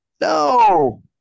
no